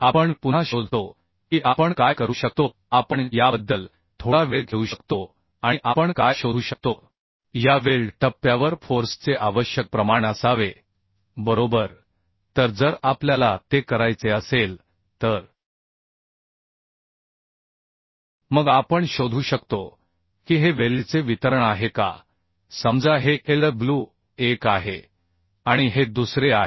आपण पुन्हा शोधतो की आपण काय करू शकतो आपण याबद्दल थोडा वेळ घेऊ शकतो आणि आपण काय शोधू शकतो या वेल्ड टप्प्यावर फोर्स चे आवश्यक प्रमाण असावे बरोबर तर जर आपल्याला ते करायचे असेल तर मग आपण शोधू शकतो की हे वेल्डचे वितरण आहे का समजा हे Lw1 आहे आणि हे दुसरे आहे